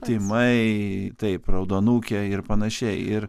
tymai taip raudonukė ir panašiai ir